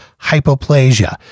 hypoplasia